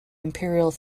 imperial